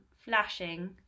flashing